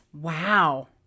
wow